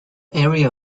area